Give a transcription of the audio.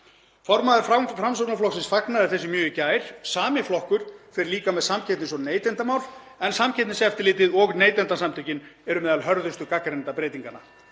Formaður Framsóknarflokksins fagnaði þessu mjög í gær. Sami flokkur fer líka með samkeppnis- og neytendamál en Samkeppniseftirlitið og Neytendasamtökin eru meðal hörðustu gagnrýnenda breytinganna.